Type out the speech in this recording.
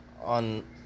on